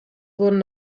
wurden